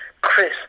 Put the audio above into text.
Chris